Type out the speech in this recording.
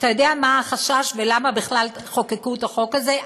אתה יודע מה החשש ולמה בכלל חוקקו את החוק הזה,